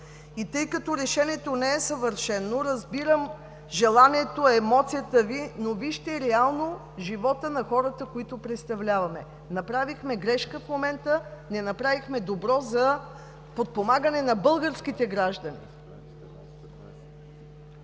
И тъй като решението не е съвършено, разбирам желанието, емоцията Ви, но вижте реално живота на хората, които представляваме. Направихме грешка в момента – не направихме добро за подпомагане на българските граждани.